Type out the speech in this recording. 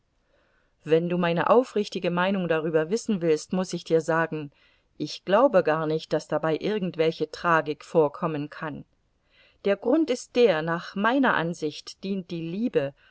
wenn du meine aufrichtige meinung darüber wissen willst muß ich dir sagen ich glaube gar nicht daß dabei irgendwelche tragik vorkommen kann der grund ist der nach meiner ansicht dient die liebe